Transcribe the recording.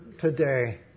today